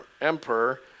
emperor